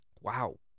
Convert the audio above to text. Wow